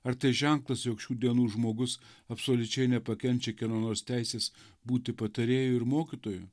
ar tai ženklas jog šių dienų žmogus absoliučiai nepakenčia kieno nors teisės būti patarėju ir mokytoju